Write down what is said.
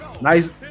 nice